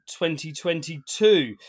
2022